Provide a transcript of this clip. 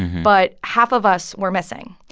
but half of us were missing,